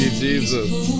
Jesus